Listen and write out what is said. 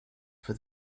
for